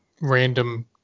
random